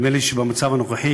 נדמה לי שבמצב הנוכחי,